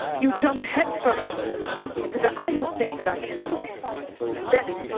you jump headfirst into the i don't think that i can do this and then,